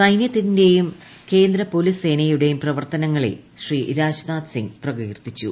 സൈനൃത്തിന്റെയും കേന്ദ്ര പോലീസ് സേനയുടെയും പ്രവർത്തനങ്ങളെ ശ്രീ രാജ്നാഥ് സിംഗ് പ്രകീർത്തിച്ചു